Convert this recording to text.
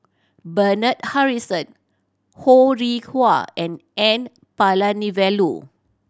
Bernard Harrison Ho Rih Hwa and N Palanivelu